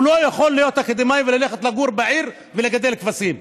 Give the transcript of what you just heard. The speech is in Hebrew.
הוא לא יכול להיות אקדמאי וללכת לגור בעיר ולגדל כבשים.